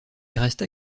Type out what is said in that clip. resta